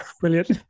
Brilliant